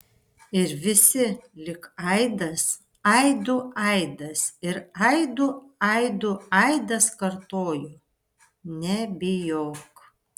ir visi lyg aidas aidų aidas ir aidų aidų aidas kartojo nebijok